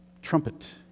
trumpet